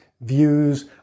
views